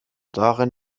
darin